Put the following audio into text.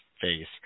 face